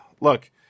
look